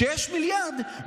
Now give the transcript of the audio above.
שיש מיליארד,